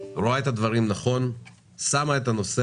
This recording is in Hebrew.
רואה את הדברים נכון והיא שמה את הנושא